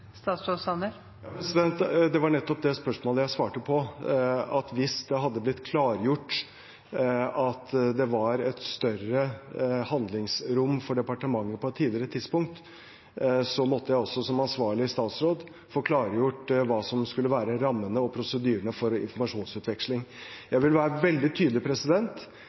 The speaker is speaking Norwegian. Det var nettopp det spørsmålet jeg svarte på, at hvis det på et tidligere tidspunkt hadde blitt klargjort at det var et større handlingsrom for departementet, så måtte jeg også som ansvarlig statsråd få klargjort hva som skulle være rammene og prosedyrene for informasjonsutveksling. Jeg vil være veldig tydelig